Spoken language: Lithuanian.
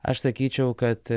aš sakyčiau kad